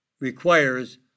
requires